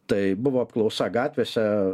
tai buvo apklausa gatvėse